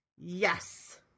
Yes